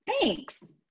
Thanks